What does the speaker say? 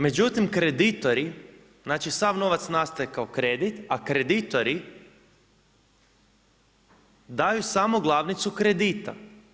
Međutim kreditori, znači sav novac nastaje kao kredit a kreditori daju samo glavnicu kredita.